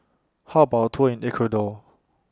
How about A Tour in Ecuador